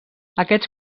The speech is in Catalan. aquests